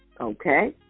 Okay